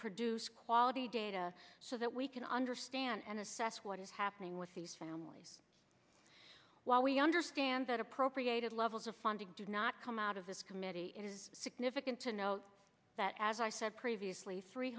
produce quality data so that we can understand and assess what is happening with these families while we understand that appropriated levels of funding did not come out of this committee it is significant to note that as i said previously three